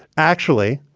actually,